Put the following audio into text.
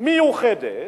מיוחדת